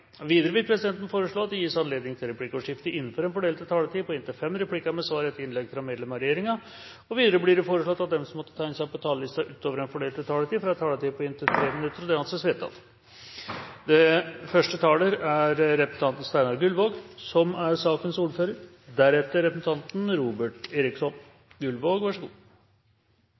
Videre vil presidenten foreslå at det gis anledning til replikkordskifte på inntil fem replikker med svar etter innlegg fra medlem av regjeringen innenfor den fordelte taletid. Videre blir det foreslått at de som måtte tegne seg på talerlisten utover den fordelte taletid, får en taletid på inntil 3 minutter. – Det anses vedtatt. Særreglene for dagpengemottakere over 64 år ble avviklet 1. januar 2011. Personer som